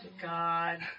God